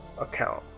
account